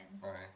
Right